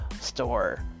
store